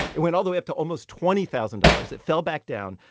it went all the way up to almost twenty thousand dollars. it fell back down.